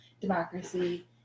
democracy